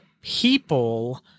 people